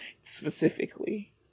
Specifically